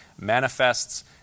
manifests